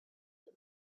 your